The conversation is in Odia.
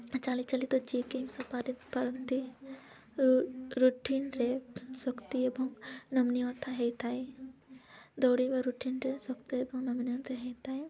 ଚାଲି ଚାଲିି ତ ଯିଏ କେହି ମିଶା ପାରନ୍ତି ରୁଟିିନ୍ରେ ଶକ୍ତି ଏବଂ ନମନୀୟତା ହୋଇଥାଏ ଦୌଡ଼ିବା ରୁଟିିନ୍ରେ ଶକ୍ତି ଏବଂ ନମନୀୟତା ହୋଇଥାଏ